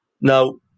Now